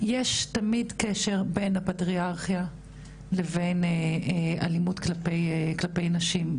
זאת אומרת שיש תמיד קשר בין הפטריארכיה לבין אלימות כלפי נשים,